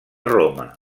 roma